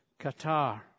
qatar